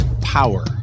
power